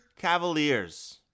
Cavaliers